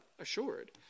assured